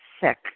sick